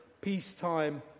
peacetime